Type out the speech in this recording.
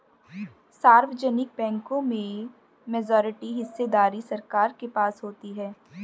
सार्वजनिक बैंकों में मेजॉरिटी हिस्सेदारी सरकार के पास होती है